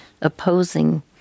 opposing